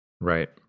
Right